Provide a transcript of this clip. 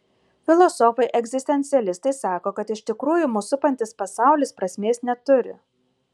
filosofai egzistencialistai sako kad iš tikrųjų mus supantis pasaulis prasmės neturi